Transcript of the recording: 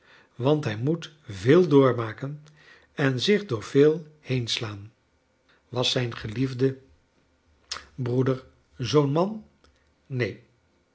want hij moet veel doormaken en zich door veel heenslaan was zijn geliefde broeder zoo'n man